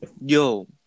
Yo